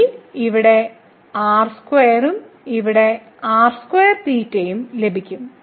ഇതിൽ നമ്മൾ ഇവിടെ r2 ഉം ഇവിടെ ഉം ലഭിക്കും